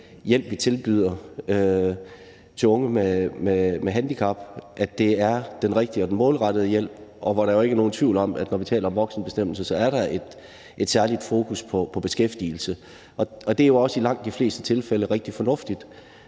hjælp, vi tilbyder unge med handicap, er den rigtige og den målrettede hjælp. Der er ikke nogen tvivl om, at når vi taler om voksenbestemmelser, er der et særligt fokus på beskæftigelse, og det er også i langt de fleste tilfælde rigtig fornuftigt.